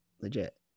Legit